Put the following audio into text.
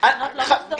עזבו אותי.